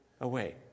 away